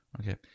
Okay